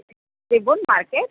Tribhuvan market